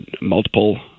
multiple